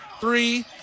three